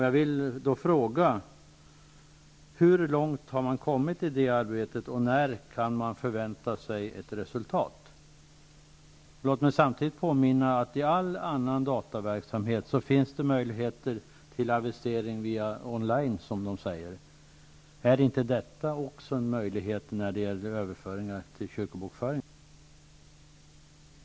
Jag vill då fråga: Hur långt har man kommit med det arbetet, och när kan man vänta sig ett resultat? Låt mig samtidigt påminna om att det i all annan dataverksamhet finns möjligheter till avisering online, som man säger. Är inte också detta en möjlighet när det gäller överföringar till kyrkobokföringen?